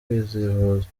kuzivuza